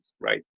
right